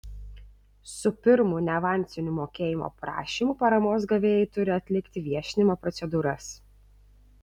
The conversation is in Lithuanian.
su pirmu neavansiniu mokėjimo prašymu paramos gavėjai turi atlikti viešinimo procedūras